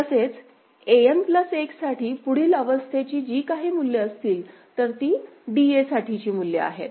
तसेच An plus 1 साठी पुढील अवस्थेची जी काही मूल्ये असतील तर ती DA साठीची मूल्ये आहेत